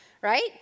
right